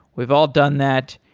we've all done that,